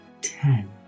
ten